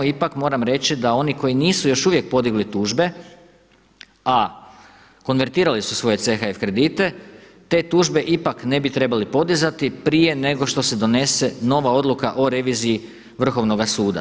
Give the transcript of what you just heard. Ipak moram reći da oni koji nisu još uvijek podigli tužbe, a konvertirali su svoje CHF kredite, te tužbe ipak ne bi trebali podizati prije nego što se donese nova odluka o reviziji Vrhovnoga sudu.